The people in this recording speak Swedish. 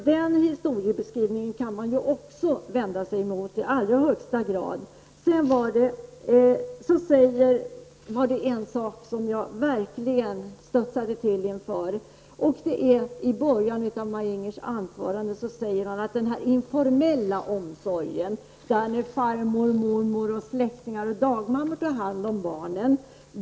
Den historiebeskrivningen kan man också invända emot i allra högsta grad. Något som jag verkligen studsade till inför var det Maj-Inger Klingvall sade i början av sitt anförande om den informella omsorgen, dvs. där farmor, mormor, släktingar eller dagmammor tar hand om barnen.